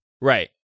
Right